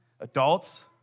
adults